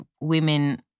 women